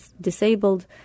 disabled